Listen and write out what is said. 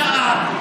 שעה,